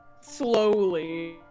slowly